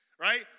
right